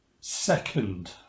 second